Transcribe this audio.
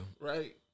Right